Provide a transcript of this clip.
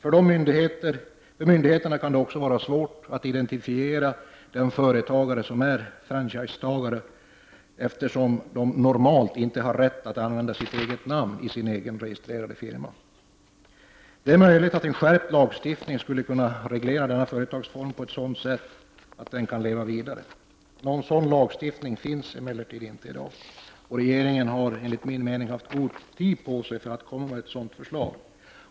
För myndigheter kan det också vara svårt att identifiera den företagare som är franchisetagare, eftersom denna inte normalt har rätt att använda sitt eget namn i sin registrerade firma. Det är möjligt att en skärpt lagstiftning skulle reglera denna företagsform på ett sådant sätt att den kan leva vidare. Någon sådan lagstiftning finns emellertid inte i dag. Regeringen har enligt min mening haft god tid på sig att komma med ett sådant förslag.